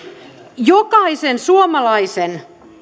jokaisen suomalaisen